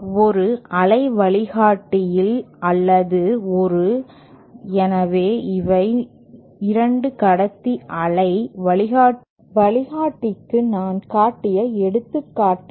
ஒரு அலை வழிகாட்டியில் அல்லது ஒரு எனவே இவை 2 கடத்தி அலை வழிகாட்டிக்கு நான் காட்டிய எடுத்துக்காட்டுகள்